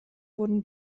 wurden